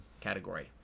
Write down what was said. category